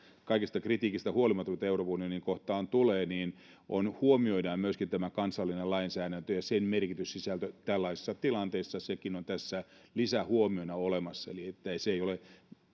kaikesta kritiikistä huolimatta mitä euroopan unionia kohtaan tulee huomioidaan myöskin kansallinen lainsäädäntö ja sen merkityssisältö tällaisissa tilanteissa sekin on tässä lisähuomiona olemassa eli se eun lainsäädäntö ei ole